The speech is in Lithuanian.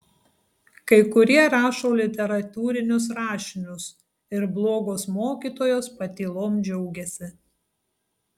kai kurie rašo literatūrinius rašinius ir blogos mokytojos patylom džiaugiasi